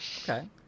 Okay